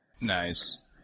Nice